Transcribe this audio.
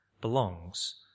belongs